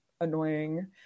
annoying